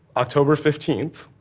october fifteen,